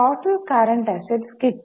total current assets കിട്ടി